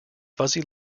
fuzzy